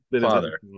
father